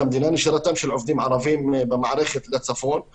עובדים ערבים מהצפון ממערכת שירות המדינה,